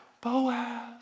Boaz